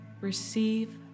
receive